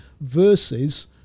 versus